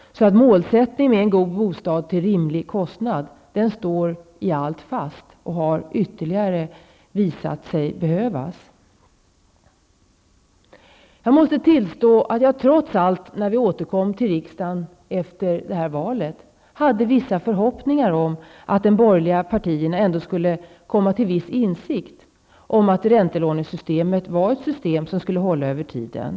Målsättningen med en god bostad till en rimlig kostnad står i allt fast och har ytterligare visat sig behövas. Jag måste tillstå att jag, när jag återkom till riksdagen efter valet, trots allt hade vissa förhoppningar om att de borgerliga partierna i viss mån skulle komma till insikt om att räntelånesystemet är ett system som håller över tiden.